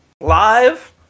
live